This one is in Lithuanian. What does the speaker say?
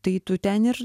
tai tu ten ir